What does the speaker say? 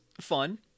fun